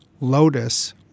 Lotus